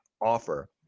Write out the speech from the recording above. offer